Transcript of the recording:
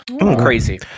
Crazy